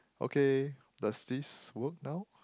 okay does this work now